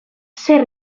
zer